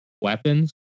weapons